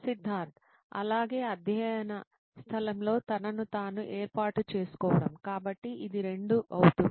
సిద్ధార్థ్ అలాగే అధ్యయన స్థలంలో తనను తాను ఏర్పాటు చేసుకోవడం కాబట్టి ఇది 2 అవుతుంది